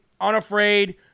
unafraid